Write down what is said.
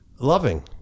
loving